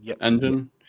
engine